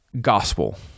gospel